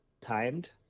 timed